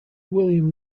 william